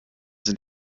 sind